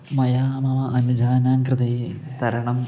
मया मम अनुजानां कृते तरणं